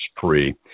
free